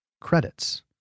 Credits